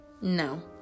No